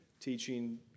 teaching